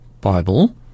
Bible